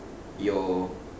your